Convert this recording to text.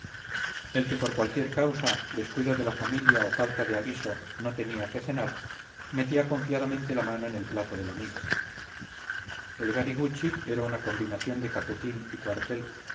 el que por cualquier causa descuido de la familia o falta de aviso no tenía qué cenar metía confiadamente la mano en el plato del amigo el gari guchi era una combinación de cafetín y cuartel